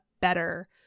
better